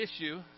issue